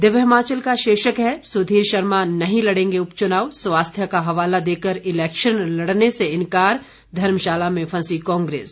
दिव्य हिमाचल का शीर्षक है सुधीर शर्मा नहीं लड़ेंगे उपचुनाव स्वास्थ्य का हवाला देकर इलेक्शन लड़ने से इनकार धर्मशाला में फंसी कांग्रेस